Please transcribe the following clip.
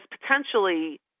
potentially